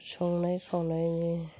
संनाय खावनायनि